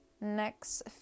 Next